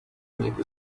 make